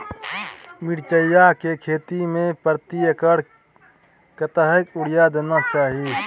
मिर्चाय के खेती में प्रति एकर कतेक यूरिया देना चाही?